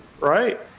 right